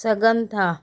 सघनि था